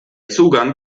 zugang